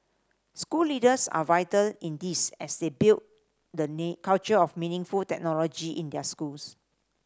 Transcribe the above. school leaders are vital in this as they build the culture of meaningful technology in their schools